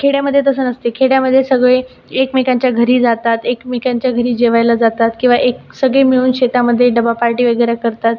खेड्यामध्ये तसं नसते खेड्यामध्ये सगळे एकमेकांच्या घरी जातात एकमेकांच्या घरी जेवायला जातात किंवा एक सगळे मिळून शेतामध्ये डबा पार्टी वगैरे करतात